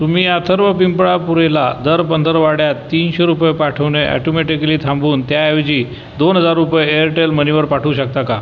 तुम्ही अथर्व पिंपळापुरेला दर पंधरवड्यात तीनशे रुपये पाठवणे ॲटोमॅटिकली थांबवून त्याऐवजी दोन हजार रुपये एअरटेल मनीवर पाठवू शकता का